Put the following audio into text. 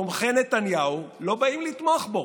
תומכי נתניהו לא באים לתמוך בו.